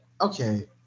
okay